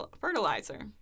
fertilizer